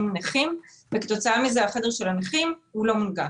נכים וכתוצאה מזה החדר של הנכים לא מונגש.